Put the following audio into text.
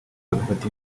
bagafata